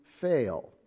fail